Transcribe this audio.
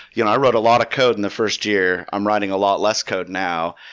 you know i wrote a lot of code in the first year. i'm writing a lot less code now.